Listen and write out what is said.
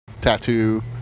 tattoo